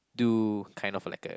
do kind of like a